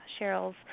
Cheryl's